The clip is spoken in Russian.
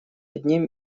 одним